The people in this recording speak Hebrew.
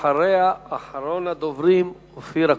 ואחריה, אחרון הדוברים, אופיר אקוניס.